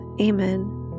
Amen